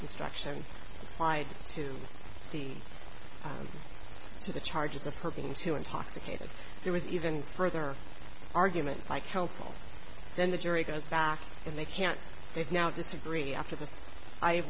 instruction klyde to the to the charges of her being too intoxicated there was even further argument by counsel then the jury goes back and they can't they've now disagree after the i